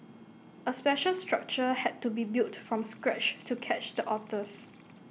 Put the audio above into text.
A special structure had to be built from scratch to catch the otters